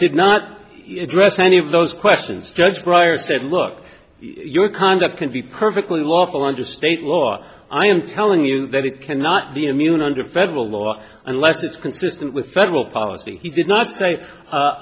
did not address any of those questions judge bryer said look your conduct can be perfectly lawful under state law or i am telling you that it cannot be immune under federal law unless it's consistent with federal policy he did not